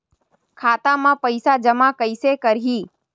खाता म पईसा जमा कइसे करही?